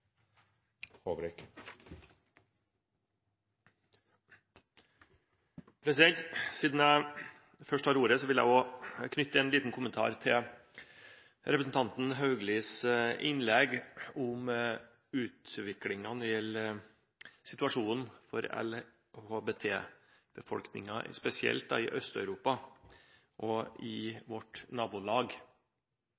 vil jeg også knytte en liten kommentar til representanten Hauglis innlegg om utviklingen av situasjonen for LHBT-befolkningen, spesielt i Øst-Europa og i